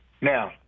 Now